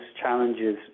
challenges